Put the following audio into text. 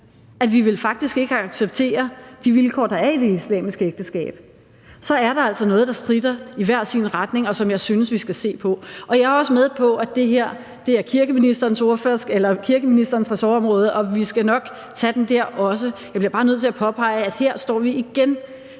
faktisk ikke vil acceptere de vilkår, der er i det islamiske ægteskab, så er der altså noget, der stritter i hver sin retning, og som jeg synes vi skal se på. Jeg er også med på, at det her er kirkeministerens ressortområde, og vi skal nok tage den der også. Jeg bliver bare nødt til at påpege, at vi her igen